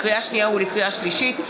לקריאה שנייה ולקריאה שלישית,